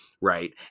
right